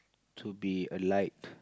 to be a light